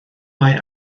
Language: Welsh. mae